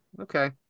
okay